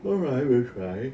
alright I will try